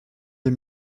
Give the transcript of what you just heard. les